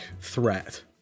threat